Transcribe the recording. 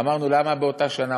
אמרנו: למה באותה שנה?